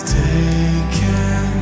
taken